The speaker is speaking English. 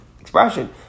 expression